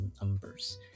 numbers